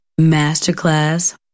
Masterclass